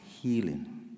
healing